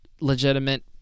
legitimate